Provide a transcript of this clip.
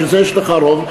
בשביל זה יש לך רוב,